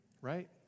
Right